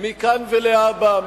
מכאן ולהבא,